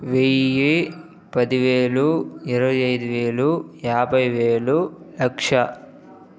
వెయ్యి పదివేలు ఇరవైఐదు వేలు యాభై వేలు లక్ష